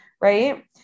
right